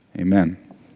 Amen